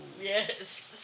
yes